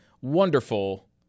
wonderful